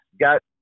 got